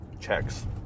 checks